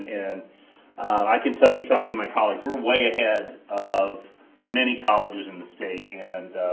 and i can tell you, talking to my colleagues, we're way ahead of many colleges in the state, and